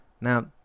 Now